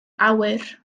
awyr